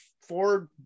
four